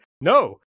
no